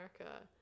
America